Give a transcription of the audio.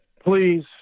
Please